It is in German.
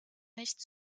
nicht